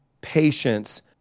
patience